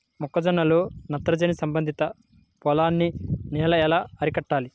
మొక్క జొన్నలో నత్రజని సంబంధిత లోపాన్ని నేను ఎలా అరికట్టాలి?